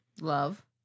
Love